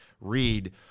read